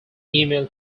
email